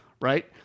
right